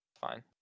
fine